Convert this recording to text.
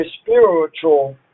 spiritual